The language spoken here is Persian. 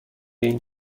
این